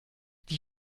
die